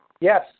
Yes